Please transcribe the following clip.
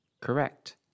correct